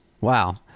Wow